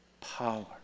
power